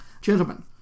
Gentlemen